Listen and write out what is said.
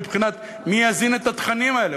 מי יזין את התכנים האלה?